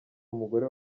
umugore